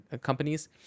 companies